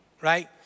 right